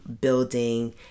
building